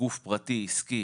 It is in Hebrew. כגוף פרטי עסקי